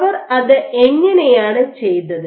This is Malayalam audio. അവർ അത് എങ്ങനെയാണ് ചെയ്തത്